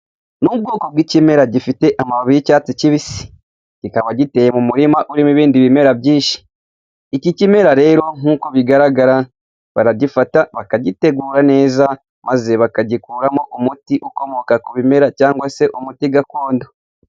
Ni ubwoko bw'ikimera gifite amababi y'icyatsi kibisi, kikaba giteye mu murima urimo ibindi bimera byinshi. Iki kimera rero nk'uko bigaragara, baragifata bakagitegura neza maze bakagikuramo umuti ukomoka ku bimera cyangwa se umuti gakondo.